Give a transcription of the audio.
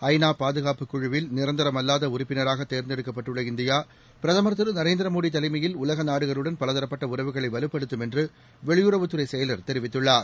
ஐ நா பாதுகாப்பு குழுவில் நிரந்தரமல்லாத உறுப்பினராகத் தேர்ந்தெடுக்கப்பட்டுள்ள இந்தியா பிரதமர் திரு நரேந்திர மோடி தலைமையில் உலக நாடுகளுடன் பலதரப்பட்ட உறவுகளை வலுப்படுத்தும் என்று வெளியுறவுத் துறை செயலர் தெரிவித்துள்ளார்